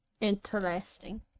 Interesting